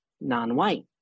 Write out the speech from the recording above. non-white